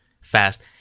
fast